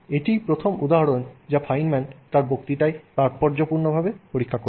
এটিই প্রথম উদাহরণ যা ফাইনম্যান তার বক্তৃতায় তাৎপর্যপূর্ণভাবে পরীক্ষা করেছেন